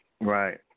Right